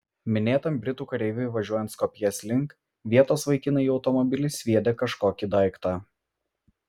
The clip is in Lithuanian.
minėtam britų kareiviui važiuojant skopjės link vietos vaikinai į automobilį sviedė kažkokį daiktą